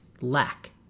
lack